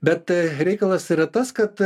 bet reikalas yra tas kad